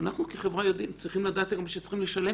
אנחנו כחברה צריכים לדעת שצריך גם קצת לשלם.